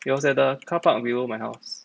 it was at the car park below my house